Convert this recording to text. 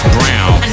Brown